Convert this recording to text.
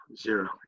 zero